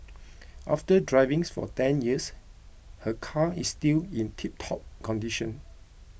after driving for ten years her car is still in tiptop condition